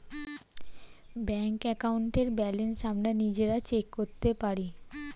bank অ্যাকাউন্টের balance আমরা নিজেরা চেক করতে পারি